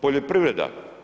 Poljoprivreda.